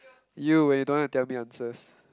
you when you don't want to tell me answers